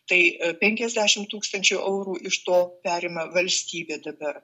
tai penkiasdešimt tūkstančių eurų iš to perima valstybė dabar